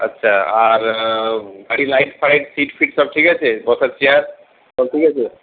আচ্ছা আর গাড়ির লাইট ফাইট সিট ফিট সব ঠিক আছে বসার চেয়ার সব ঠিক আছে